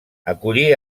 acollí